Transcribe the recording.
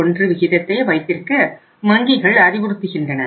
331 விகிதத்தை வைத்திருக்க வங்கிகள் அறிவுறுத்துகின்றன